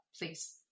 Please